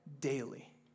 daily